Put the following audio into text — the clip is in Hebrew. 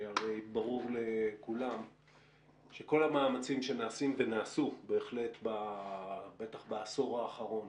שהרי ברור לכולם שכל המאמצים שנעשים ונעשו בטח בעשור האחרון